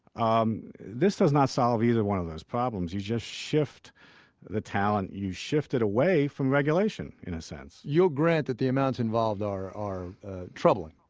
um this does not solve either one of those problems. you just shift the talent, you shift it away from regulation in a sense you'll grant that the amounts involved are are ah troubling.